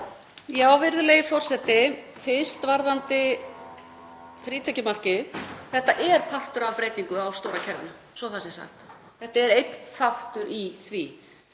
Virðulegi forseti. Fyrst varðandi frítekjumarkið. Þetta er partur af breytingu á stóra kerfinu, svo það sé sagt. Þetta er einn þáttur í því.